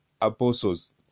apostles